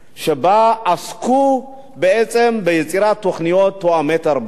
שבה עסקו בעצם ביצירת תוכניות תואמות תרבות.